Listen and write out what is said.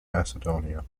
macedonia